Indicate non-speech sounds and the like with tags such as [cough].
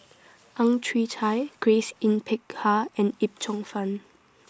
[noise] Ang Chwee Chai Grace Yin Peck Ha and Yip Cheong Fun